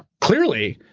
clearly,